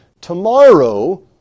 tomorrow